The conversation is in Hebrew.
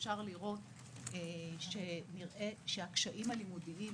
נראה שהקשיים הלימודיים